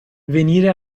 venire